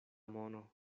mono